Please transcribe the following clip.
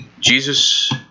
Jesus